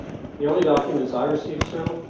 the only documents i received, sir,